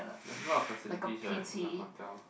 there's a lot of facilities right in the hotel